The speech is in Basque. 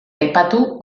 aipatu